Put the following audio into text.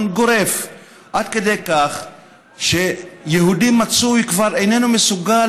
גורף עד כדי כך שיהודי מצוי כבר איננו מסוגל